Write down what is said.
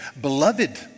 beloved